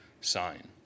sign